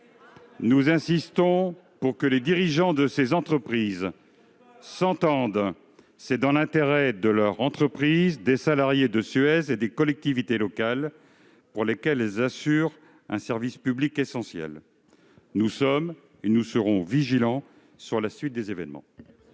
Nous insistons pour que les dirigeants de ces entreprises s'entendent : c'est dans l'intérêt de leur entreprise, des salariés de Suez et des collectivités territoriales, pour lesquelles ces entreprises assurent un service public essentiel. Nous sommes et resterons vigilants sur la suite des événements.